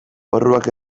porruak